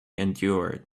endured